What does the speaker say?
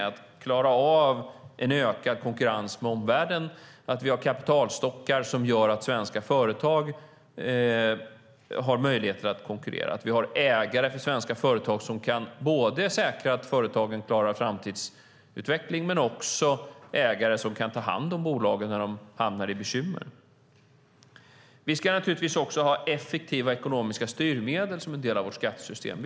Det handlar om att klara av en ökad konkurrens med omvärlden, att vi har kapitalstockar som gör att svenska företag har möjligheter att konkurrera och att vi har ägare för svenska företag som kan säkra att företagen klarar framtidsutveckling men också ägare som kan ta hand om bolagen när de hamnar i bekymmer. Vi ska naturligtvis också ha effektiva ekonomiska styrmedel som en del av vårt skattesystem.